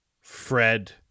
Fred